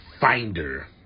finder